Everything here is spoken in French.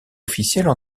officielles